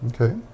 Okay